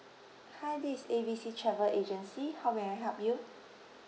hi this is A B C travel agency how may I help you